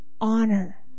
honor